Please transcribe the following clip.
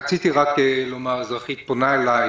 רציתי רק לומר: אזרחית פונה אליי,